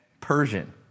Persian